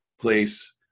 place